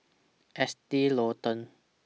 Estee Lauder